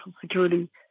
Security